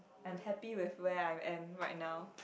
I'm happy with where I am right now